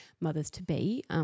mothers-to-be